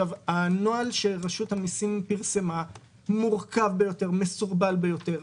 הנוהל שפרסמה רשות המסים הוא מורכב ומסורבל ביותר.